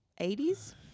80s